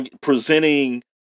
presenting